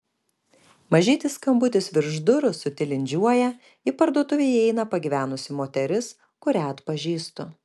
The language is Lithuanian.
mažytis skambutis virš durų sutilindžiuoja į parduotuvę įeina pagyvenusi moteris kurią atpažįstu